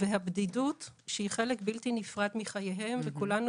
והבדידות שהיא חלק בלתי נפרד מחייהן וכולנו